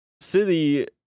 City